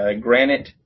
Granite